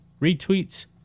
retweets